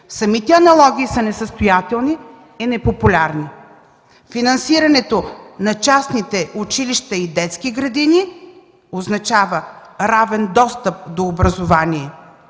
Самите аналогии са несъстоятелни и непопулярни. Финансирането на частните училища и детски градини означава равен достъп до образование,